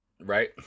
Right